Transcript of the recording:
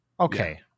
Okay